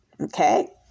Okay